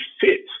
fit